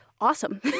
awesome